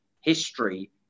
history